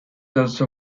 also